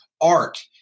art